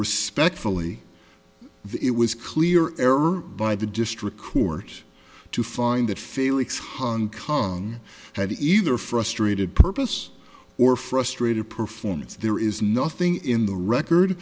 respectfully it was clear error by the district court to find that flix hong kong had either frustrated purpose or frustrated performance there is nothing in the record